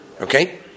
Okay